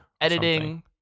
Editing